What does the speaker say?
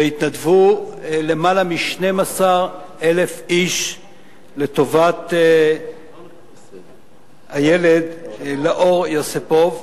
והתנדבו למעלה מ-12,000 איש לטובת הילד אור יוסיפוב.